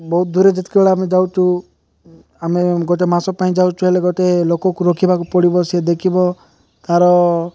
ବହୁତ ଦୂରକୁ ଯେତେବେଳେ ଆମେ ଯାଉଛୁ ଆମେ ଗୋଟେ ମାସ ପାଇଁ ଯାଉଛୁ ହେଲେ ଗୋଟେ ଲୋକକୁ ରଖିବାକୁ ପଡ଼ିବ ସିଏ ଦେଖିବ ତାର